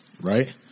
Right